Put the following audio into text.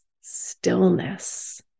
stillness